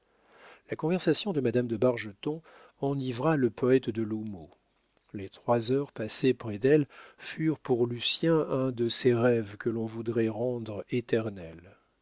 la conversation de madame de bargeton enivra le poète de l'houmeau les trois heures passées près d'elle furent pour lucien un de ces rêves que l'on voudrait rendre éternels